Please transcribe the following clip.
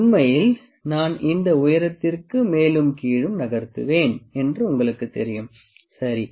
உண்மையில் நான் இந்த உயரத்திற்கு மேலும் கீழும் நகர்த்துவேன் என்று உங்களுக்குத் தெரியும் சரி